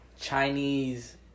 Chinese